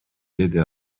деди